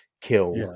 killed